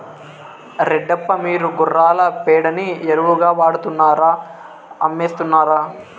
రెడ్డప్ప, మీరు గుర్రాల పేడని ఎరువుగా వాడుతున్నారా అమ్మేస్తున్నారా